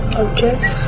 objects